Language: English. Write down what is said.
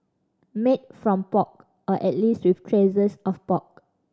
made from pork or at least with traces of pork